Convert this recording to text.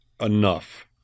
enough